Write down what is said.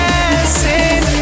Dancing